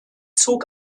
zog